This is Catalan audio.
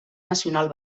nacional